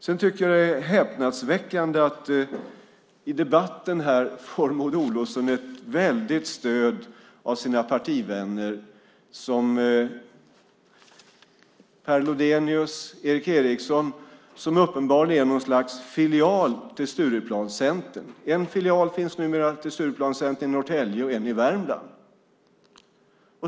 Jag tycker att det är häpnadsväckande att Maud Olofsson i debatten har ett väldigt stöd av sina partivänner Per Lodenius och Erik A Eriksson, som uppenbarligen är något slags filial till Stureplanscentern. En filial finns numera i Norrtälje, en i Värmland.